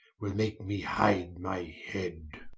will make me hide my head.